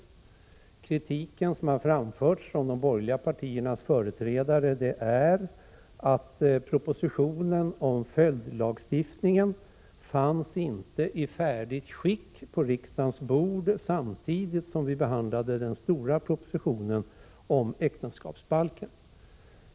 Den kritik som har framförts från de borgerliga partiernas företrädare går ut på att propositionen om följdlagstiftningen inte fanns i färdigt skick på riksdagens bord samtidigt som vi behandlade den stora propositionen om äktenskapsbalken.